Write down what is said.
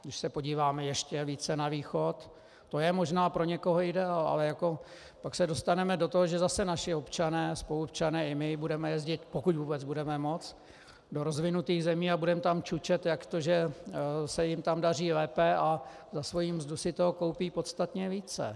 Když se podíváme ještě více na východ, to je možná pro někoho ideál, ale pak se dostaneme do toho, že zase naši spoluobčané i my budeme jezdit, pokud vůbec budeme moct, do rozvinutých zemí a budeme tam čučet, jak to, že se jim tam daří lépe a za svoji mzdu si toho koupí podstatně více.